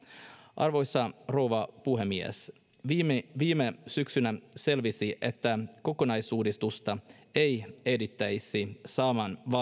arvoisa rouva puhemies viime viime syksynä selvisi että kokonaisuudistusta ei ehdittäisi saamaan